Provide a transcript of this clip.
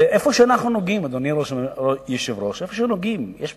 איפה שאנחנו נוגעים, אדוני היושב-ראש, יש בעיה.